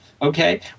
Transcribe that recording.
Okay